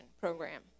program